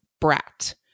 brat